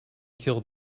killed